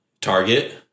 Target